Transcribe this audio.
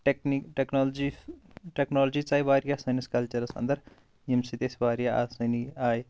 ٹیکنی technology technology ژاے واریاہ science کَلچَرَس انٛدَر ییٚمہِ سۭتۍ اَسۍ واریاہ آسٲنی آے